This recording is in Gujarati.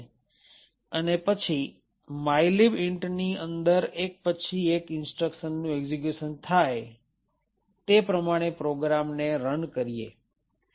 અને પછી mylib intની અંદર એક પછી એક instructionનું એક્ષિક્યુશન થાય તે પ્રમાણે પ્રોગ્રામ ને રન કરીએ છીએ